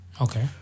Okay